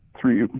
three